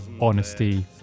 honesty